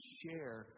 share